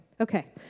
Okay